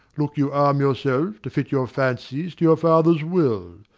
look you arm yourself to fit your fancies to your father's will,